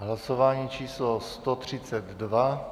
Hlasování číslo 132.